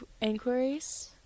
inquiries